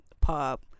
pop